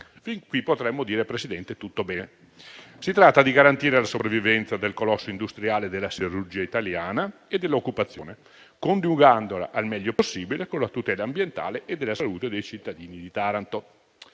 Fin qui potremmo dire che va tutto bene. Si tratta di garantire la sopravvivenza del colosso industriale della siderurgia italiana e dell'occupazione, coniugandola al meglio possibile con la tutela ambientale e della salute dei cittadini di Taranto.